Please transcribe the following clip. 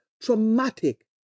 traumatic